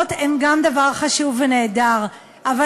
חוק המכר במקור הוא חוק חשוב שנועד לשמור על אותם